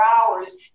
hours